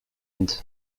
end